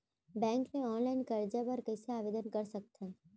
Bank ले online करजा बर कइसे आवेदन कर सकथन?